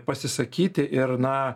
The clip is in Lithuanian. pasisakyti ir na